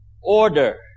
order